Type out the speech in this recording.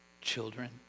children